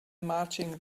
marching